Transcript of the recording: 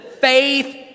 faith